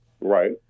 Right